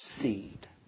seed